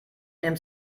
nimmt